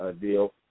deal